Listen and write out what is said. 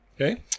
Okay